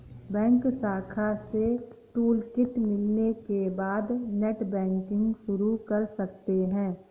bank शाखा से toolkit मिलने के बाद नेटबैंकिंग शुरू कर सकते है